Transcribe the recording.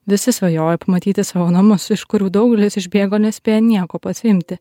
visi svajoja pamatyti savo namus iš kurių daugelis išbėgo nespėję nieko pasiimti